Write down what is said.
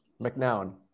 McNown